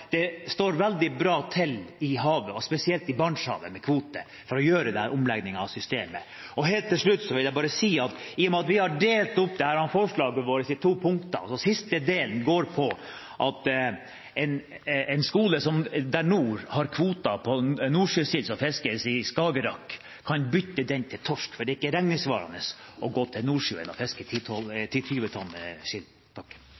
i havet, spesielt i Barentshavet, for å gjøre denne omleggingen av systemet. Helt til slutt vil jeg si: Vi har delt opp dette forslaget vårt i to punkter, og siste delen handler om at skoler i nord som har kvoter på nordsjøsild som fiskes i Skagerrak, kan bytte dem til torsk, for det svarer seg ikke økonomisk å gå til Nordsjøen og fiske 10–20 tonn med sild. Presidenten oppfatter det slik at representanten Ingebrigtsen har tatt opp de to forslagene som han refererte til.